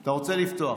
אתה רוצה לפתוח.